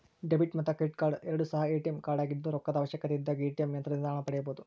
debit ಮತ್ತು credit card ಎರಡು ಸಹ ಎ.ಟಿ.ಎಂ ಕಾರ್ಡಾಗಿದ್ದು ರೊಕ್ಕದ ಅವಶ್ಯಕತೆಯಿದ್ದಾಗ ಎ.ಟಿ.ಎಂ ಯಂತ್ರದಿಂದ ಹಣ ಪಡೆಯಬೊದು